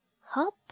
Hop